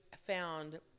found